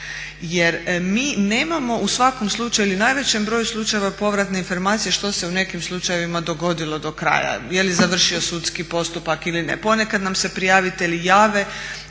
Jer mi nemamo u svakom slučaju ili u najvećem broju slučajeva povratne informacije što se u nekim slučajevima dogodilo do kraja, je li završio sudski postupak ili ne. Ponekad nam se prijavitelji jave,